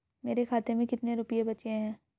मेरे खाते में कितने रुपये बचे हैं?